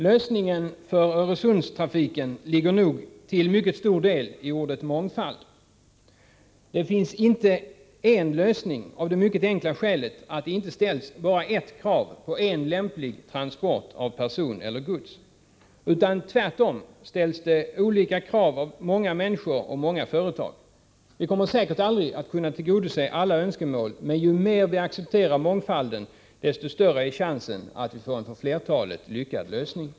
Lösningen för Öresundstrafiken ligger nog till mycket stor del i ordet mångfald. Det är inte fråga om endast en lösning av det mycket enkla skälet att det inte ställs bara ert krav på en lämplig transport av person eller gods. Tvärtom ställs det många olika krav av många människor och många företag. Vi kommer säkert aldrig att kunna tillgodose alla önskemål. Men ju mer vi accepterar mångfalden, desto större är chansen att vi får en för flertalet lyckad lösning.